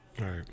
right